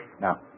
Now